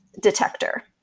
detector